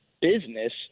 business